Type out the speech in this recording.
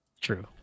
True